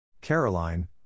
Caroline